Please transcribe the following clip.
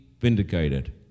vindicated